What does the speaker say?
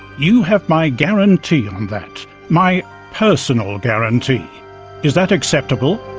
you have my guarantee on that my personal guarantee is that acceptable?